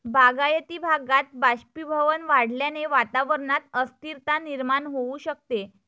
बागायती भागात बाष्पीभवन वाढल्याने वातावरणात अस्थिरता निर्माण होऊ शकते